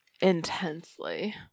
intensely